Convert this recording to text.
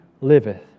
liveth